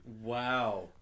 Wow